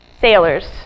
sailors